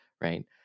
Right